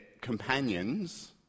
companions